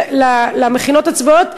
על המכינות הצבאיות,